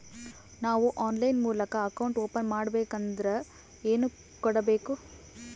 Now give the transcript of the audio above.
ನಾವು ಆನ್ಲೈನ್ ಮೂಲಕ account open ಮಾಡಬೇಂಕದ್ರ ಏನು ಕೊಡಬೇಕು?